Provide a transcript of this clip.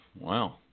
Wow